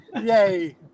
Yay